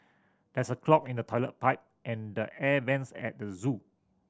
there's a clog in the toilet pipe and the air vents at the zoo